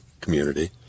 community